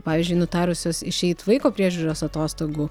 pavyzdžiui nutarusios išeiti vaiko priežiūros atostogų